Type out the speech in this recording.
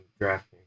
drafting